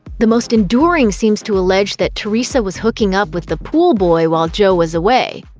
the most enduring seems to allege that teresa was hooking up with the pool boy while joe was away.